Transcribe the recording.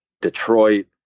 Detroit